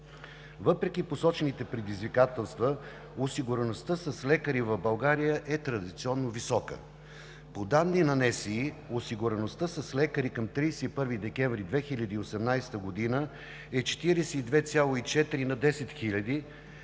Въпреки посочените предизвикателства осигуреността с лекари в България е традиционно висока. По данни на Националния статистически институт осигуреността с лекари към 31 декември 2018 г. е 42,4 на 10 хиляди,